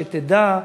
שתדע,